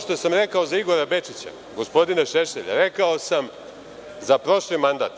što sam rekao za Igora Bečića, gospodine Šešelj, rekao sam za prošli mandat,